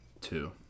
two